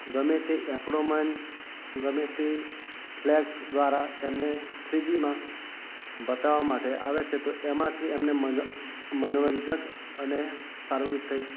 ગમે તે એપરોમન્સ ગમે તે ફ્લેક્સ દ્વારા એમને થ્રી જી માં બતાવવા માટે આવે છે તો એમાંથી એમને મનો મનોરંજક અને સારું રીતે